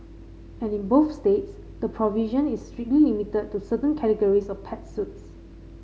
and in both states the provision is strictly limited to certain categories of pet suits